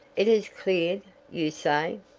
it has cleared, you say?